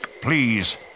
Please